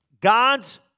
God's